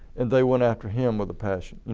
and they went after him with a passion.